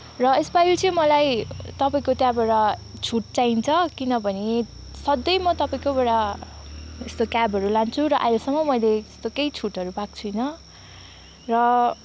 र यसपालि चाहिँ मलाई तपाईँको त्यहाँबाट छुट चाहिन्छ किनभने सधैँ म तपाईँकोबाट यस्तो क्याबहरू लान्छु र आजसम्म मैले यस्तो केही छुटहरू पाएको छुइनँ र